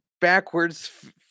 backwards